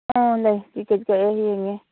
ꯑꯥ ꯂꯩ ꯇꯤꯛꯀꯦꯠ ꯀꯛꯑꯦ ꯌꯦꯡꯉꯦ